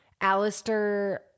Alistair